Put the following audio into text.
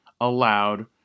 allowed